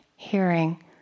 hearing